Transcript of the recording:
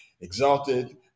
exalted